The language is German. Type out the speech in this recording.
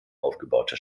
aufgebaute